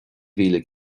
mhíle